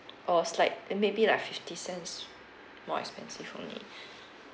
or is like then maybe like fifty cents more expensive only